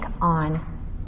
on